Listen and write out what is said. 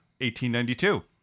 1892